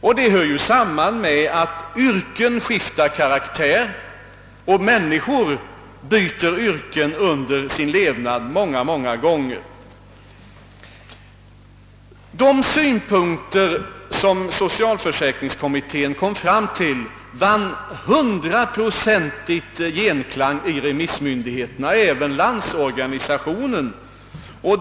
Detta hänger samman med att yrkena skiftar karaktär och människor na under sin levnad byter yrken många gånger. Socialförsäkringskommitténs synpunkter vann hundraprocentig genklang hos remissmyndigheterna — alltså även hos LO.